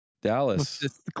Dallas